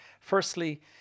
Firstly